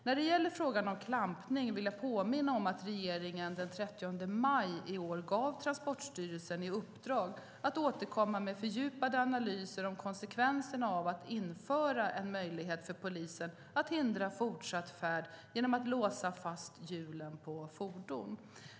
När det gäller frågan om klampning vill jag påminna om att regeringen den 30 maj i år gav Transportstyrelsen i uppdrag att återkomma med fördjupade analyser om konsekvenserna av att införa en möjlighet för polisen att hindra fortsatt färd genom att låsa fast hjulen på fordon.